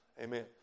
Amen